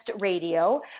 Radio